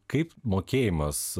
kaip mokėjimas